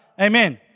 Amen